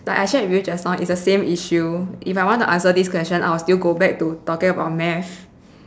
like I shared with you just now it's the same issue if I want to answer this question I will still go back to talking about math